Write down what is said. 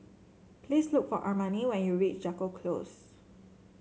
please look for Armani when you reach Jago Close